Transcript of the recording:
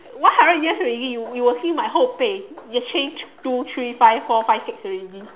one hundred years already you will see my whole pay change two three five four five six already